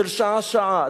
של שעה-שעה,